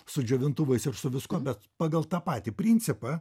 su džiovintuvais ir su viskuo bet pagal tą patį principą